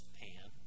pan